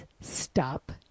stop